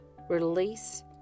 Release